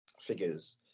figures